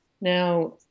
Now